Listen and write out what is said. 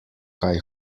kaj